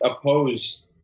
opposed